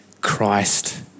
Christ